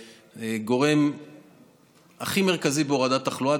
כגורם הכי מרכזי בהורדת תחלואה.